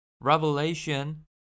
Revelation